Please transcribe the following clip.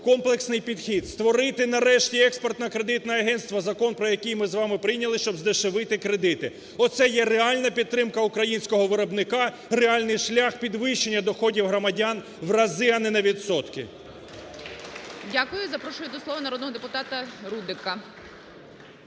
Комплексний підхід. Створити, нарешті, Експортно-кредитне агентство, закон, який ми з вами прийняли, щоб здешевити кредити. Оце є реальна підтримка українського виробника, реальний шлях підвищення доходів громадян в рази, а не на відсотки. ГОЛОВУЮЧИЙ. Дякую. Запрошую до слова народного депутата Рудика.